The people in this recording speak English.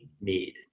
need